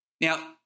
Now